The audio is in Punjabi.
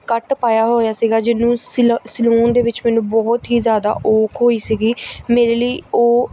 ਕੱਟ ਪਾਇਆ ਹੋਇਆ ਸੀਗਾ ਜਿਹਨੂੰ ਸਿਲਾ ਸਿਉਣ ਦੇ ਵਿੱਚ ਮੈਨੂੰ ਬਹੁਤ ਹੀ ਜ਼ਿਆਦਾ ਉਹ ਔਖ ਹੋਈ ਸੀਗੀ ਮੇਰੇ ਲਈ ਉਹ